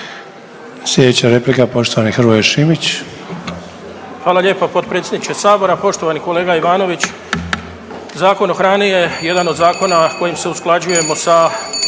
Sljedeća replika poštovani Hrvoje Šimić. **Šimić, Hrvoje (HDZ)** Hvala lijepa poštovani potpredsjedniče sabora. Poštovani kolega Ivanović. Zakon o hrani je jedan od zakona kojim se usklađujemo sa